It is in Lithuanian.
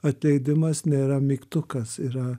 atleidimas nėra mygtukas yra